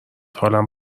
حالم